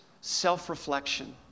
self-reflection